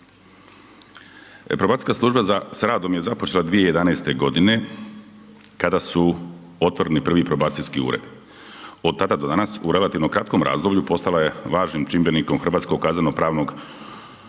Probacijska služba s radom je započela 2011. g. kada su otvoreni prvi probacijski uredi. Od tada do danas, u relativno kratkom razdoblju postala je važnim čimbenikom hrvatskog kazneno-pravnog